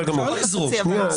אפשר לזרוק מספר.